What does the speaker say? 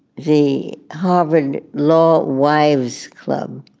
the harvard law wives club,